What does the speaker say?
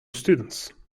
students